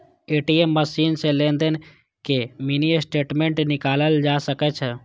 ATM machine सं लेनदेन के मिनी स्टेटमेंट निकालल जा सकै छै